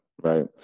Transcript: Right